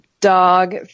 dog